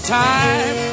time